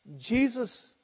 Jesus